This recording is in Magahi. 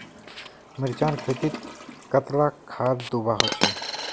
मिर्चान खेतीत कतला खाद दूबा होचे?